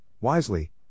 wisely